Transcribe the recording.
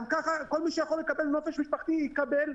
גם כך כל מי שיכול לקבל נופש משפחתי יקבל.